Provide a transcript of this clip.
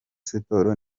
sports